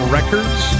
Records